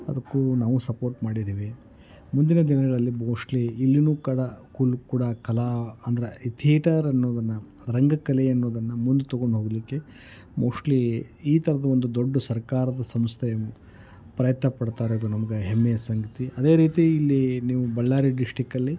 ಅದಕ್ಕೂ ನಾವು ಸಪೋರ್ಟ್ ಮಾಡಿದ್ದೀವಿ ಮುಂದಿನ ದಿನಗಳಲ್ಲಿ ಬೋಶ್ಟ್ಲಿ ಇಲ್ಲಿಯೂ ಕೂಡ ಕಲಾ ಅಂದ್ರೆ ಥೇಟರ್ ಅನ್ನೋದನ್ನು ರಂಗಕಲೆ ಅನ್ನೋದನ್ನು ಮುಂದೆ ತೊಗೊಂಡು ಹೋಗಲಿಕ್ಕೆ ಮೋಶ್ಟ್ಲಿ ಈ ಥರದ ಒಂದು ದೊಡ್ಡ ಸರ್ಕಾರದ ಸಂಸ್ಥೆ ಪ್ರಯತ್ನಪಡ್ತಾ ಇರೋದು ನಮಗೆ ಹೆಮ್ಮೆಯ ಸಂಗತಿ ಅದೇ ರೀತಿ ಇಲ್ಲಿ ನೀವು ಬಳ್ಳಾರಿ ಡಿಸ್ಟಿಕ್ಕಲ್ಲಿ